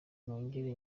nongere